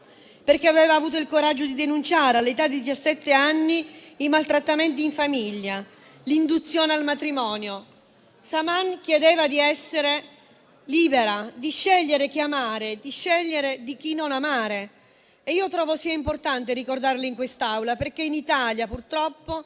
perché aveva avuto il coraggio di denunciare all'età di diciassette anni i maltrattamenti in famiglia, l'induzione al matrimonio. Saman chiedeva di essere libera, di scegliere chi amare e chi non amare e io trovo sia importante ricordarla in quest'Aula, perché in Italia purtroppo